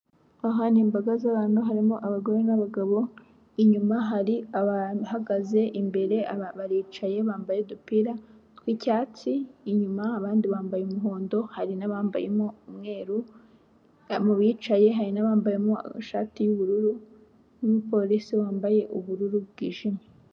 Aha ni imbaga z'abantu harimo abagore n'abagabo, inyuma hari abahagaze ,imbere baricaye bambaye udupira tw'icyatsi ,inyuma abandi bambaye umuhondo hari n'abambayemo umweru, mu bicaye hari n'abambayemo ishati y'ubururu n'umupolisi wambaye ubururu bwijimye.